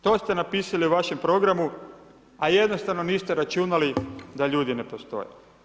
To ste napisali u vašem programu a jednostavno niste računali da ljudi ne postoje.